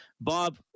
Bob